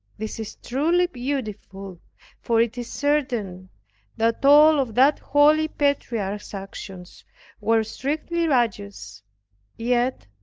this is truly beautiful for it is certain that all of that holy patriarch's actions were strictly righteous yet,